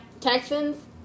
Texans